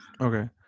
okay